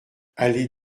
allée